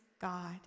God